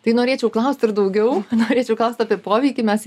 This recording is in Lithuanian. tai norėčiau klaust ir daugiau norėčiau klaust apie poveikį mes